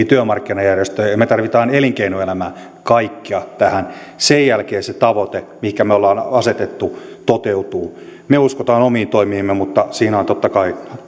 työmarkkinajärjestöjä ja me tarvitsemme elinkeinoelämää kaikkia tähän sen jälkeen se tavoite minkä me olemme asettaneet toteutuu me uskomme omiin toimiimme mutta siinä on totta kai